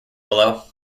below